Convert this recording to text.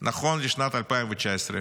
נכון לשנת 2019,